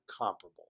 comparable